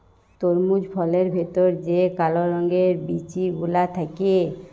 তরমুজ ফলের ভেতর যে কাল রঙের বিচি গুলা থাক্যে